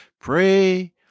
pray